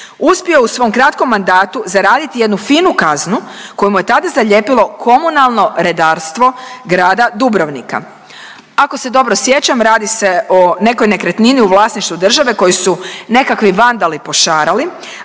uspio u svom kratkom mandatu zaraditi jednu finu kaznu koje mu je tada zalijepilo Komunalno redarstvo Grada Dubrovnika. Ako se dobro sjećam, radi se o nekoj nekretnini u vlasništvu države koju su nekakvi vandali pošarali,